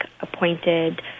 appointed